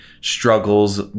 struggles